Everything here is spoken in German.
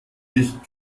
dich